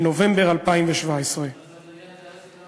בנובמבר 2017. אז המדינה תיהרס לגמרי.